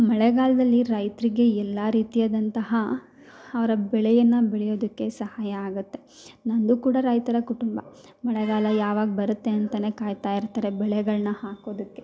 ಮಳೆಗಾಲದಲ್ಲಿ ರೈತರಿಗೆ ಎಲ್ಲ ರೀತಿಯಾದಂತಹ ಅವರ ಬೆಳೆಯನ್ನು ಬೆಳೆಯುವುದಕ್ಕೆ ಸಹಾಯ ಆಗುತ್ತೆ ನನ್ನದು ಕೂಡ ರೈತರ ಕುಟುಂಬ ಮಳೆಗಾಲ ಯಾವಾಗ ಬರುತ್ತೆ ಅಂತಲೇ ಕಾಯ್ತಾಯಿರ್ತಾರೆ ಬೆಳೆಗಳನ್ನ ಹಾಕೋದಕ್ಕೆ